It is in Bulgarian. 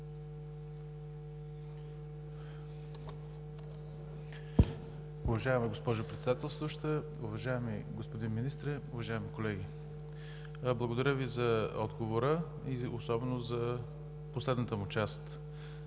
Уважаема госпожо Председател, уважаеми господин Министър, уважаеми колеги! Благодаря Ви за отговора и особено за последната му част.